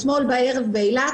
באילת.